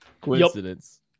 coincidence